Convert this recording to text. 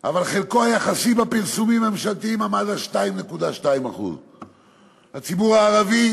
אבל חלקו היחסי בפרסומים הממשלתיים עמד על 2.2%. הציבור הערבי